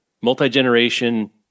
multi-generation